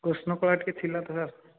କୃଷ୍ଣ କଳା ଟିକିଏ ଥିଲା ତ ସାର୍